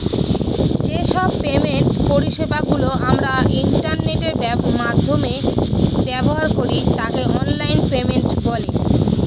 যে সব পেমেন্ট পরিষেবা গুলো আমরা ইন্টারনেটের মাধ্যমে ব্যবহার করি তাকে অনলাইন পেমেন্ট বলে